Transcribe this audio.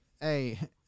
Hey